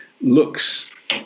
looks